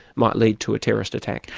might lead to a terrorist attack.